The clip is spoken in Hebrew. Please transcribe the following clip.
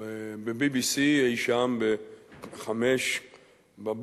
ה-BBC אי-שם ב-05:00,